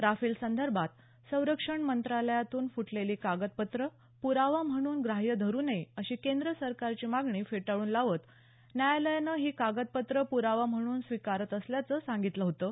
Rafale संदर्भात संरक्षन मंत्रालयातून फुटलेली कागदपत्रं प्रावा म्हणून ग्राह्य धरू नये अशी केंद्र सरकारची मागणी फेटाळून लावत न्यायालयानं ही कागदपत्रं पुरावा म्हणून स्वीकारत असल्याचं सांगितलं होतं